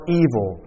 evil